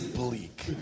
bleak